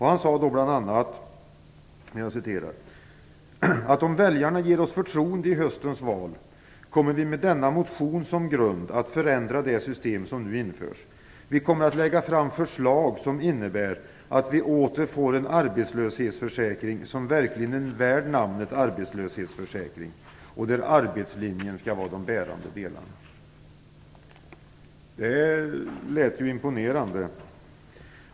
Han sade då bl.a.: "Om väljarna ger oss förtroende i höstens val kommmer vi med denna motion som grund att förändra det system som nu införs. Vi kommer att lägga fram förslag som innebär att vi åter får en arbetslöshetsförsäkring som verkligen är värd namnet arbetslöshetsförsäkring och där arbetslinjen skall vara en av de bärande delarna." Det lät ju imponerande.